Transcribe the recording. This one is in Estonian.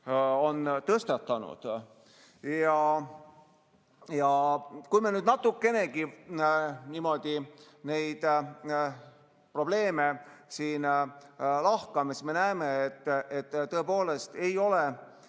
on tõstatanud. Ja kui me nüüd natukenegi niimoodi neid probleeme siin lahkame, siis me näeme, et tõepoolest ei ole